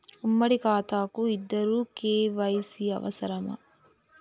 ఉమ్మడి ఖాతా కు ఇద్దరు కే.వై.సీ అవసరమా?